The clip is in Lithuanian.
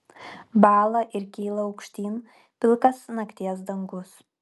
bąla ir kyla aukštyn pilkas nakties dangus